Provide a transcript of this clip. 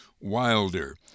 Wilder